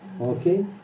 Okay